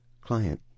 Client